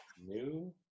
new